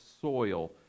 soil